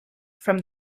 from